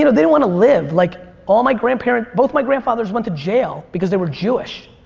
you know didn't want to live. like all my grandparents, both my grandfathers went to jail because they were jewish.